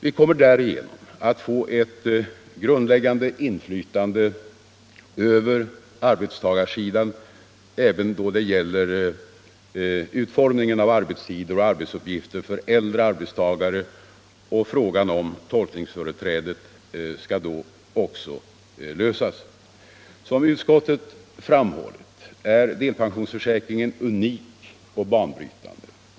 Vi kommer därigenom att få ett grundläggande inflytande för arbetstagarsidan även då det gäller utformning av arbetstider och arbetsuppgifter för äldre arbetstagare, och frågan om tolkningsföreträdet skall då också lösas. Som utskottet framhållit är delpensionsförsäkringen unik och banbrytande.